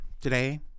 Today